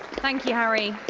thank you, harry.